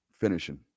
Finishing